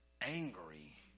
angry